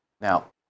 Now